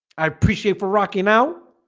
i appreciate for rocky now